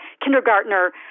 kindergartner